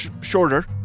shorter